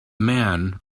man